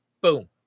boom